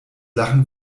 lachen